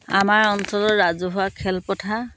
আমাৰ অঞ্চলৰ ৰাজহুৱা খেলপথাৰ